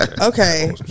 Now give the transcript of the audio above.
Okay